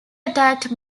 attacked